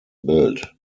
built